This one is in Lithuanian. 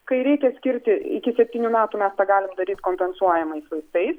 kai reikia skirti iki septynių metų mes tą galim daryt kompensuojamais vaistais